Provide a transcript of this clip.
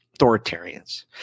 authoritarians